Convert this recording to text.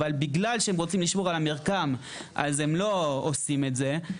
אבל בגלל שהם רוצים לשמור על המרקם אז הם לא עושים את זה.